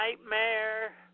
Nightmare